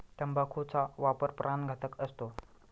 तंबाखूचा वापर प्राणघातक असतो